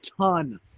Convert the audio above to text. ton